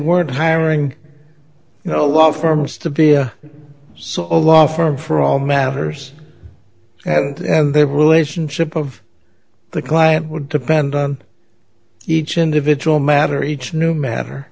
weren't hiring you know law firms to be so a law firm for all matters and their relationship of the client would depend on each individual matter each new matter